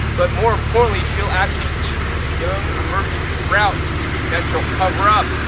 but more importantly, she'll actually eat the young emerging sprouts that she'll cover up,